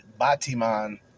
Batiman